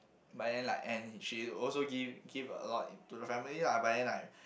but then like and she also give give a lot to the family lah but then like